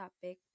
topic